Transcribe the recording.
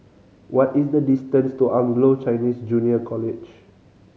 what is the distance to Anglo Chinese Junior College